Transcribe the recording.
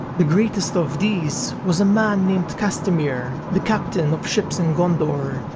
the greatest of these was a man named castamir, the captain of ships in gondor,